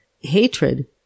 hatred